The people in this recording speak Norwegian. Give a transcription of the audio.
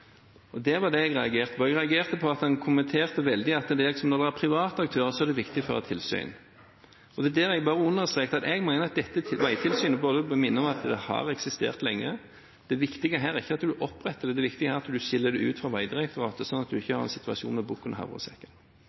Det var det jeg reagerte på. Jeg reagerte på at han kommenterte veldig at når det er private aktører, er det viktig å ha tilsyn. Der vil jeg bare understreke og minne om at dette veitilsynet har eksistert lenge. Det viktige her er ikke at man oppretter det, det viktige er at man skiller det ut fra Vegdirektoratet, sånn at man ikke har en situasjon med bukken og havresekken.